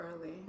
early